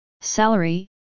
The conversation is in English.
Salary